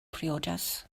briodas